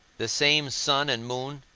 the same sun and moon,